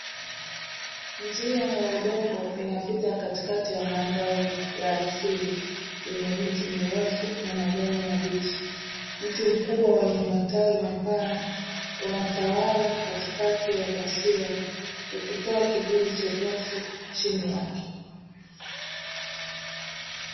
Njia ya udongo inapita katikati ya mandhari ya asili, yenye miti mirefu na majani mabichi mti mkubwa wenye matawi mapana unatawala katikati ya taswira, ukitoa kivuli chepesi chini yake.